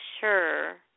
sure